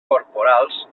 corporals